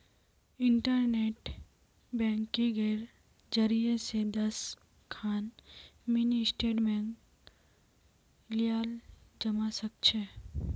internet बैंकिंगेर जरियई स दस खन मिनी स्टेटमेंटक लियाल जबा स ख छ